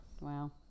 wow